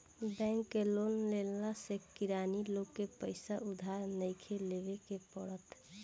bank के loan देवला से किरानी लोग के पईसा उधार नइखे लेवे के पड़त